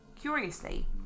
Curiously